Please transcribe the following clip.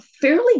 fairly